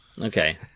okay